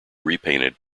repainted